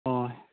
ᱦᱳᱭ